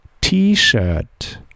T-shirt